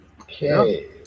Okay